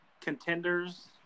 contenders